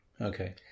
Okay